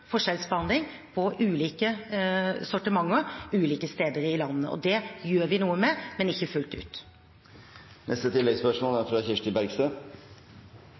forskjellsbehandling, på ulike sortimenter, ulike steder i landet, og det gjør vi noe med, men ikke fullt